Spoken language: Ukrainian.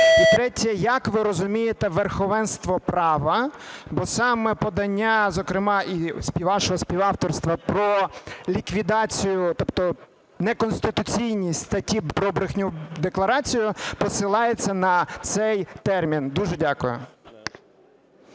І третє. Як ви розумієте верховенство права? Бо саме подання, зокрема і вашого співавторства про ліквідацію, тобто не конституційність статті про брехню в декларацію, посилається на цей термін. Дуже дякую.